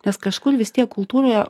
nes kažkur vis tiek kultūroje